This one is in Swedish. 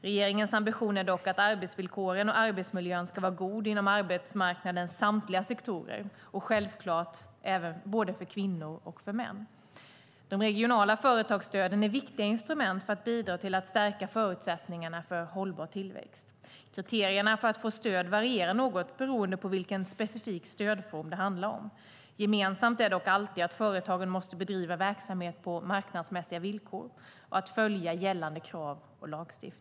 Regeringens ambition är dock att arbetsvillkoren och arbetsmiljön ska vara goda inom arbetsmarknadens samtliga sektorer och självklart både för kvinnor och för män. De regionala företagsstöden är viktiga instrument för att bidra till att stärka förutsättningarna för hållbar tillväxt. Kriterierna för att få stöd varierar något beroende på vilken specifik stödform det handlar om. Gemensamt är dock alltid att företagen måste bedriva verksamhet på marknadsmässiga villkor och följa gällande krav och lagstiftning.